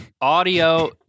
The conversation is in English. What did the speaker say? Audio